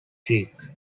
trick